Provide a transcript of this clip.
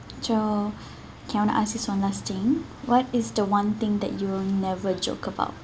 so okay I want to ask this one last thing what is the one thing that you will never joke about